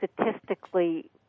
statistically